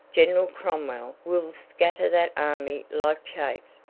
general cromwell will scatter that army like chaff.